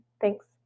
Thanks